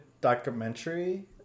documentary